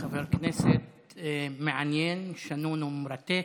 חבר כנסת מעניין, שנון ומרתק.